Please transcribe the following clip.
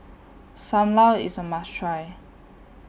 SAM Lau IS A must Try